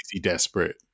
desperate